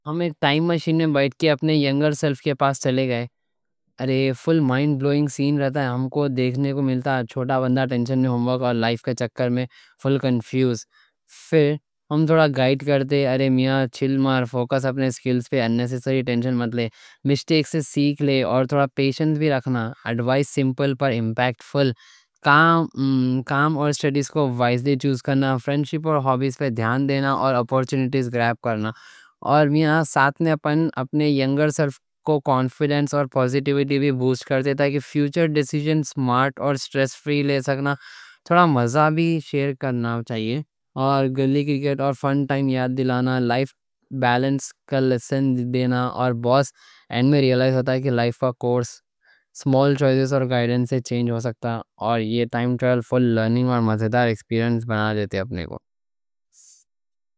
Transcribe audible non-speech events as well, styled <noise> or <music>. ہم ایک ٹائم مشین میں بیٹھ کے اپنے ینگر سیلف کے پاس چلے گئے۔ ارے فل مائنڈ بلوئنگ سین رہتا ہے۔ ہم کو دیکھنے کو ملتا ہے چھوٹا بندہ ٹینشن میں، ہوم ورک اور لائف کا چکر میں فل کنفیوز۔ پھر ہم تھوڑا گائیڈ کرتے، ارے میاں چِل مار، فوکس اپنے سکلز پہ اَن نسیسری ٹینشن مت لے۔ مِسٹیک سے سیکھ لے اور تھوڑا پیشنس بھی رکھنا۔ ایڈوائس سمپل پر امپیکٹ فل <hesitation> کام اور سٹڈیز کو وائزلی چوز کرنا، فرینڈشپ اور ہوبیز پہ دھیان دینا اور اپورچونٹیز گراب کرنا۔ اور میاں ساتھ میں اپنے ینگر سیلف کو کانفیڈنس اور پوزیٹیوٹی بھی بوسٹ کرتے تاکہ فیوچر ڈیسیجنز سمارٹ اور سٹریس فری لے سکنا۔ تھوڑا مزہ بھی شیئر کرنا چاہیے۔ گلی کرکٹ اور فن ٹائم یاد دلانا۔ <hesitation> لائف بیلنس کا لیسن دینا اور لاسٹ میں ریلائز ہوتا ہے کہ لائف کا کورس اسمال چوائسز اور گائیڈنس سے چینج ہو سکتا۔ اور یہ ٹائم ٹریول فل لرننگ اور مزہ دار ایکسپیرینس بنا دیتے اپنے کو۔